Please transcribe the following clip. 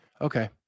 Okay